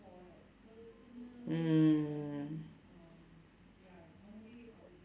mm